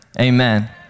Amen